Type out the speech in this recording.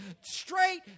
straight